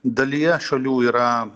dalyje šalių yra